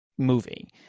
movie